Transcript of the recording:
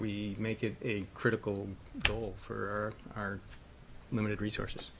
we make it a critical goal for our limited resources